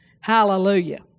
Hallelujah